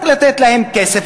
רק לתת להם כסף,